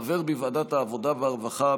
חבר בוועדת העבודה והרווחה,